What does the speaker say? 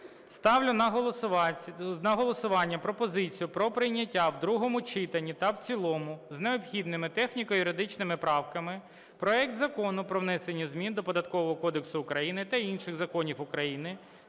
Ставлю на голосування пропозицію про прийняття в другому читанні та в цілому з необхідними техніко-юридичними правками проект Закону про внесення змін до Податкового кодексу України